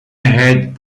had